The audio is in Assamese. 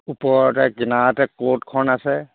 ওপৰতে কিনাৰতে ক'ৰ্টখন আছে